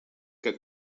que